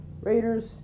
Raiders